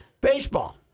baseball